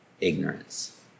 ignorance